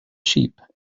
sheep